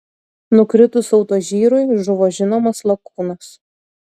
nukritus autožyrui žuvo žinomas lakūnas